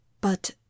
But